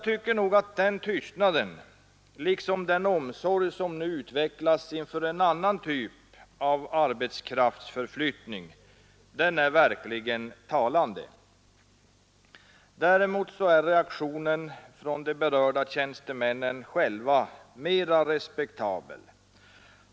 Den tystnaden liksom den omsorg man nu har utvecklat inför en annan typ av arbetskraftsförflyttning är verkligen talande. Däremot är reaktionen från de berörda tjänstemännen själva mera respektabel.